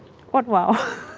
what wow?